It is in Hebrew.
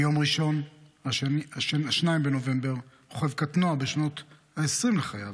ביום ראשון 2 בנובמבר רוכב קטנוע בשנות העשרים לחייו